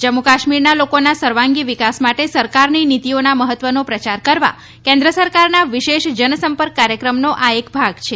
જમ્મુ કાશ્મીરના લોકોના સર્વાંગી વિકાસ માટે સરકારની નીતિઓના મહત્વનો પ્રયાર કરવા કેન્દ્ર સરકારના વિશેષ જનસંપર્ક કાર્યક્રમનો આ એક ભાગ છે